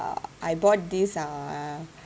uh I bought this uh